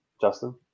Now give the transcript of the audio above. Justin